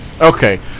Okay